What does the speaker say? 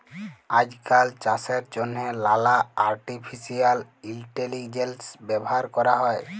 আইজকাল চাষের জ্যনহে লালা আর্টিফিসিয়াল ইলটেলিজেলস ব্যাভার ক্যরা হ্যয়